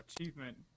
achievement